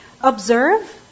observe